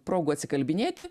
progų atsikalbinėti